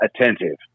attentive